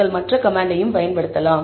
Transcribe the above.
நீங்கள் மற்ற கமாண்டையும் பயன்படுத்தலாம்